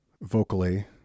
vocally